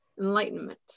enlightenment